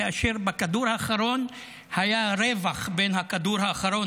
כאשר בכדור האחרון היה רווח בין הכדור האחרון,